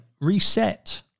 reset